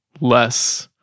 less